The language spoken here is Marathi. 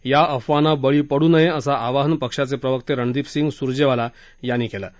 या अफवांना बळी पड्र नये असं आवाहन पक्षाचे प्रवक्ते रणदीप सिंह सुरजेवाला यांनी केलं आहे